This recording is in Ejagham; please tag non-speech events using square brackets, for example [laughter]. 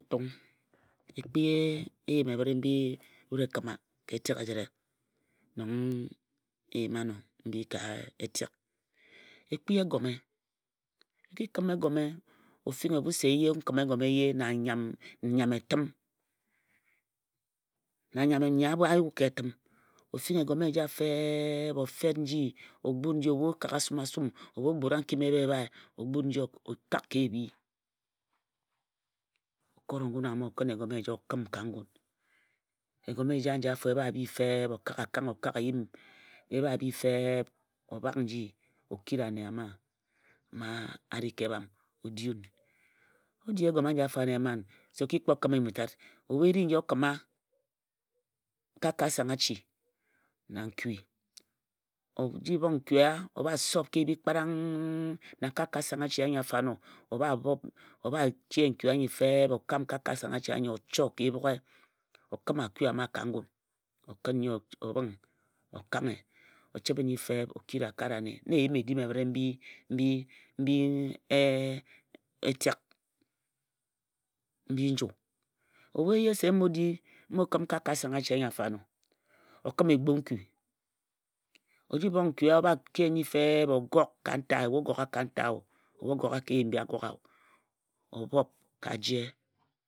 Etung e kpi eyim ebhǝre mbi wut e kǝm a ka etek ejǝre nong e e yima ano mbi ka etek. E kpi Egome. E ki kǝm egome o ifnghi ebhu se n kǝma egome eye na nnyam etǝm na nnyam nyi a yue ka etǝm, o finghi egome eja feep o fet nji o gbut nji Ebhu o kagha a sum a sum, Ebhu o gbura nkim ebhae ebhae o gbut nji okak ka ebhi. O kore ngun ama o kǝn egome eja o kǝm ka ngun. Egome eja aji e bha bhi feep o kak akang o kak eyim e bha bhi feep o bhak nji o kiri ane ama mma a ri ka ebham o di wun, o di egome aji afo ano eman se o ki kpo kǝm ejum nji tat ebhu e ri nji o kǝma kakasan ghachi na nkui o ji bhong nkui eya o bha sop ka ebhi kparang na kakasangha chi anyi afo ano o bha bob o bhache nkui feep o kam kakasanghachi anyi o cho ka ebhughe o kǝm aku ama ka ngun o kǝn nnyi o bhǝng o kanghe o chǝbhe nnyi feep o kiri o kare ane Na eyim-edim ebhǝre mbi mbi etek [hesitation] mbi nju. Ebhu eye s n bo di n bo kǝm kakasangha chi anyi afo ano, o kǝm egbu nkui o ji bong nkui eya o bha ke nnyi feep o gok ka ntae ebhu o gogha ka ntae o, ebhu o gogha ka eyim mbi a gogha o bhop ka aje.